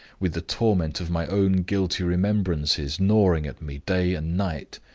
with the torment of my own guilty remembrances gnawing at me day and night,